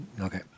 Okay